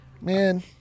Man